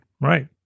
right